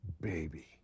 baby